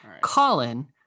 Colin